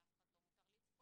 לאף אחד לא מותר לצפות,